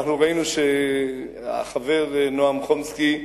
ראינו שהחבר נועם חומסקי,